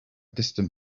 distant